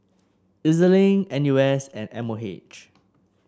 E Z Link N U S and M O H